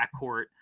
backcourt